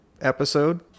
episode